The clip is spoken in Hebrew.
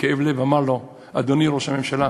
בכאב לב אמר לו: אדוני ראש הממשלה,